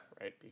Right